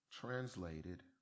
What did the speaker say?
translated